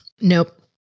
Nope